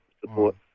support